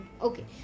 Okay